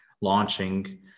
launching